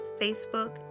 Facebook